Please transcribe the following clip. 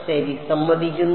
ശരി സമ്മതിക്കുന്നു